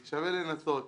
שווה לנסות.